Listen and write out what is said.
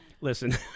Listen